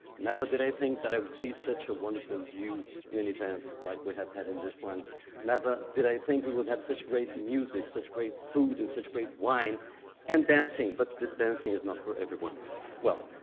never did i think that i would see such a wonderful view in in events like we have had in this one never did i think we would have such great music such great food and such great wine and dancing but the dancing is not for everyone well